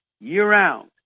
year-round